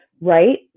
right